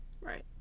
right